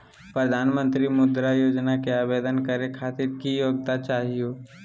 प्रधानमंत्री मुद्रा योजना के आवेदन करै खातिर की योग्यता चाहियो?